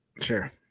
Sure